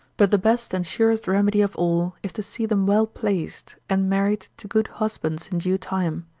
but the best and surest remedy of all, is to see them well placed, and married to good husbands in due time,